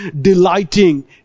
delighting